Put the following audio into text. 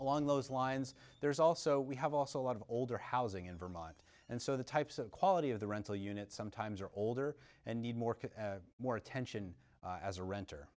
along those lines there's also we have also a lot of older housing in vermont and so the types of quality of the rental units sometimes are older and need more more attention as a renter